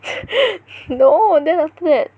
no then after that